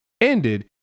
ended